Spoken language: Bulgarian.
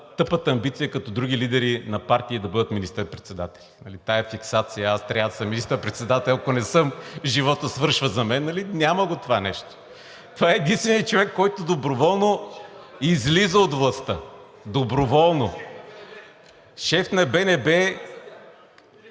тъпата амбиция като други лидери на партии да бъдат министър-председатели, нали? Тази фиксация: „Аз трябва да съм министър-председател, ако не съм, животът свършва за мен“, нали, няма го това нещо. Това е единственият човек, който доброволно излиза от властта. Доброволно! ПЕТЪР